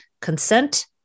consent